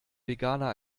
veganer